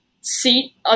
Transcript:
seat